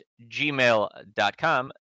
gmail.com